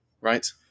right